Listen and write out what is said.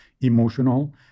emotional